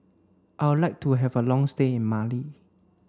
I'll like to have a long stay in Mali